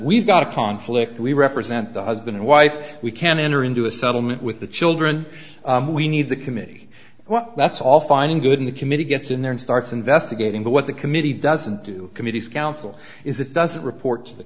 we've got a conflict we represent the husband and wife we can enter into a settlement with the children we need the committee well that's all fine and good in the committee gets in there and starts investigating but what the committee doesn't do committees counsel is it doesn't report to the